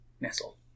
Nestle